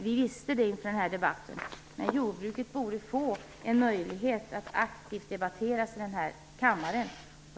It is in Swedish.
Vi visste det inför den här debatten, men det borde ges en möjlighet till aktiv debatt om jordbruket här i kammaren.